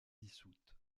dissoute